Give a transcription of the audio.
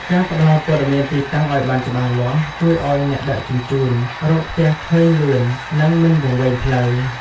ការផ្តល់ព័ត៌មានទីតាំងឱ្យបានច្បាស់លាស់ជួយឱ្យអ្នកដឹកជញ្ជូនរកផ្ទះឃើញលឿននិងមិនវង្វេងផ្លូវ។